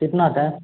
कितना टैम